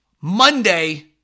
Monday